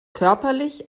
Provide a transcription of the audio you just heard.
körperlich